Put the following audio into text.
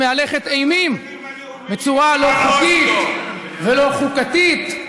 ומהלכת אימים בצורה לא חוקית ולא חוקתית.